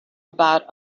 about